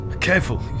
Careful